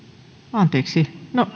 anteeksi